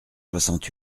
soixante